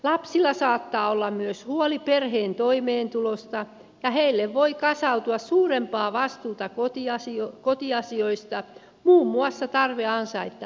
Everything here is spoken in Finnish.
lapsilla saattaa olla myös huoli perheen toimeentulosta ja heille voi kasautua suurempaa vastuuta kotiasioista muun muassa tarve ansaita lisärahaa